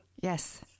Yes